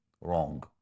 wrong